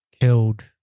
killed